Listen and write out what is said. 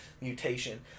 mutation